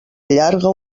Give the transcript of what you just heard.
allarga